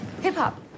Hip-hop